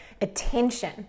attention